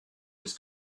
his